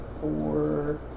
four